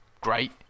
great